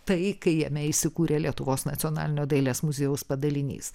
tai kai jame įsikūrė lietuvos nacionalinio dailės muziejaus padalinys